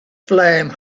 flame